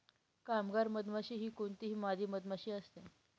कामगार मधमाशी ही कोणतीही मादी मधमाशी असते